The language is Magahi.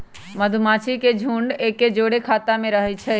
मधूमाछि के झुंड एके जौरे ख़ोता में रहै छइ